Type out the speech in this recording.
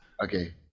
Okay